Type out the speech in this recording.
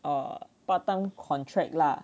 err part time contract lah